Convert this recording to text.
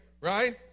right